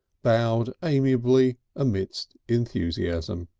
bowed amiably, amidst enthusiasm.